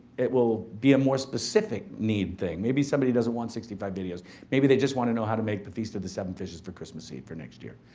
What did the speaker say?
it will be a more specific need thing. maybe somebody doesn't want sixty five videos maybe they just wanna know how to make the feast of the seven fishes for christmas eve for next year.